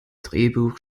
drehbuch